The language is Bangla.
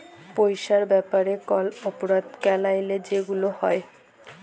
পইসার ব্যাপারে কল অপরাধ ক্যইরলে যেগুলা হ্যয়